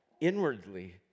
inwardly